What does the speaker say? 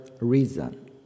reason